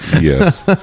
Yes